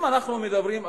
אם אנחנו מדברים,